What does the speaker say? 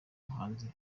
muhanzi